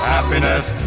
Happiness